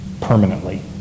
permanently